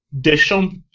Deschamps